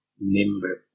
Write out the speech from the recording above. member